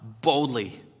boldly